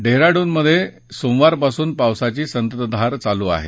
डेहराडूनमध्ये सोमवार पासून पावसाची संततधार चालू आहे